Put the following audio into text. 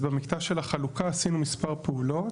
במקטע של החלוקה עשינו מספר פעולות: